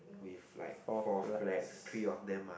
with like four flags three of them are